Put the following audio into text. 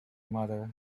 mother